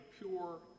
pure